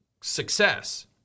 success